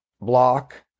block